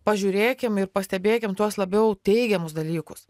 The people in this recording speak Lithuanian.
pažiūrėkim ir pastebėkim tuos labiau teigiamus dalykus